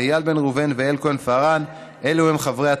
איל בן ראובן ויעל כהן-פארן אלו הם חברי התנועה.